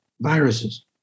viruses